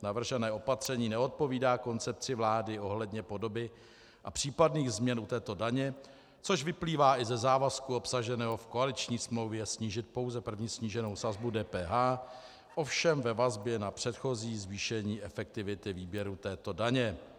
Navržené opatření neodpovídá koncepci vlády ohledně podoby a případných změn u této daně, což vyplývá i ze závazku obsaženého v koaliční smlouvě snížit pouze první sníženou sazbu DPH, ovšem ve vazbě na předchozí zvýšení efektivity výběru této daně.